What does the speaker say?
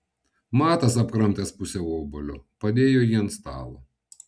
matas apkramtęs pusę obuolio padėjo jį ant stalo